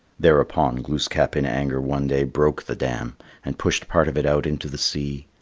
thereupon glooskap in anger one day broke the dam and pushed part of it out into the sea.